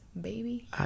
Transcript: baby